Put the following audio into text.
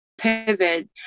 pivot